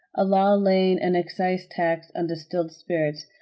a law laying an excise tax on distilled spirits,